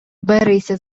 берися